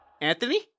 Anthony